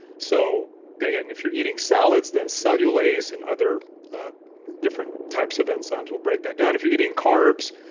so and again, if you're eating salads than cellulase and other different types of enzymes, we'll break that down. if you're eating carbs,